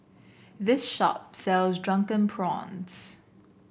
this shop sells Drunken Prawns